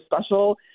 special